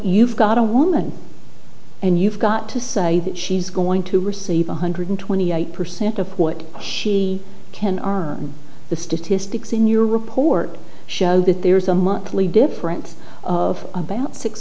you've got a woman and you've got to say she's going to receive one hundred twenty eight percent of what she can are the statistics in your report show that there's a monthly difference of about six